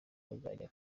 bazajya